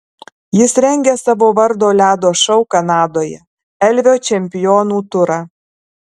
jis rengia savo vardo ledo šou kanadoje elvio čempionų turą